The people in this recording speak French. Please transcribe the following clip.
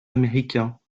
américains